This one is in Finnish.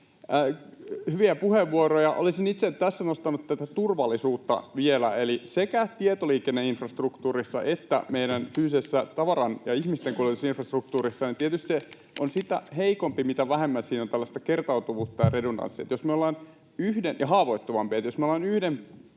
Hyviä puheenvuoroja. Olisin itse tässä nostanut tätä turvallisuutta vielä, eli sekä tietoliikenneinfrastruktuuri että meidän fyysinen tavaran- ja ihmistenkuljetusinfrastruktuuri ovat tietysti sitä heikompia ja haavoittuvampia, mitä vähemmän niissä on tällaista kertautuvuutta ja redundanssia. Jos me ollaan yhden tietoliikenneyhteyden varassa tai yhden